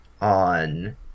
on